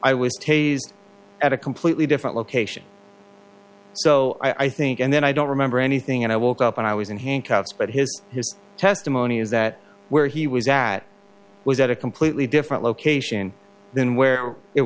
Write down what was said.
taped at a completely different location so i think and then i don't remember anything and i woke up and i was in handcuffs but his testimony is that where he was at was at a completely different location than where it